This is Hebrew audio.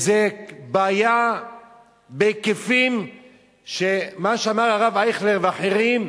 זו בעיה בהיקפים שמה שאמר הרב אייכלר ואחרים,